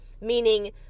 Meaning